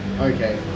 Okay